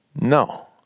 No